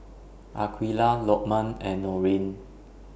Aqilah Lokman and Nurin